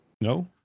No